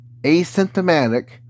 asymptomatic